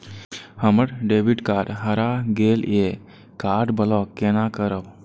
हमर debit card हरा गेल ये कार्ड ब्लॉक केना करब?